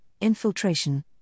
infiltration